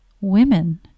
women